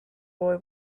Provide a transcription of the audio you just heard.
boy